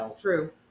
True